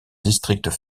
district